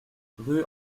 rue